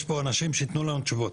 יש פה אנשים שייתנו לנו תשובות.